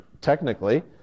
technically